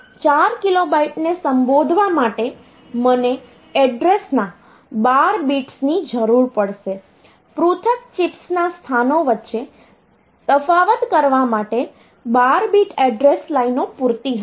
તેથી 4KB ને સંબોધવા માટે મને એડ્રેસના 12 બિટ્સની જરૂર પડશે પૃથક ચિપ્સના સ્થાનો વચ્ચે તફાવત કરવા માટે 12 બિટ એડ્રેસ લાઈનો પૂરતી હશે